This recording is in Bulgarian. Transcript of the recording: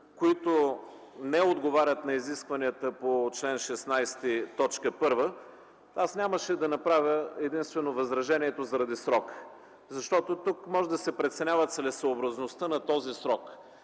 които не отговарят на изискванията по чл. 16, т. 1, аз нямаше да направя единствено възражението заради срока. Защото тук може да се преценява чрез целесъобразността на този срок.